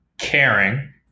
caring